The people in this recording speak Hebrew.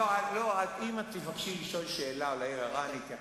אם תבקשי לשאול שאלה או להעיר הערה, אני אתייחס.